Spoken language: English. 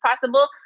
possible